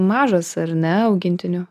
mažas ar ne augintinių